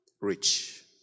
rich